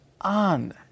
on